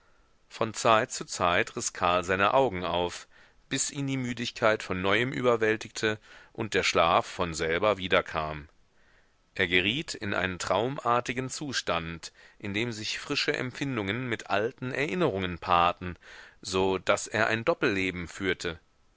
von zeit zu zeit riß karl seine augen auf bis ihn die müdigkeit von neuem überwältigte und der schlaf von selber wiederkam er geriet in einen traumartigen zustand in dem sich frische empfindungen mit alten erinnerungen paarten so daß er ein doppelleben führte